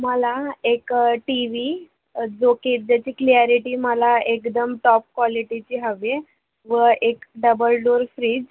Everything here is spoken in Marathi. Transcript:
मला एक टी वी जो की त्याची क्लियारिटी मला एकदम टॉप क्वालिटीची हवी आहे व एक डबल डोअर फ्रीज